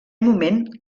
moment